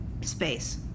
space